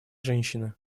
женщины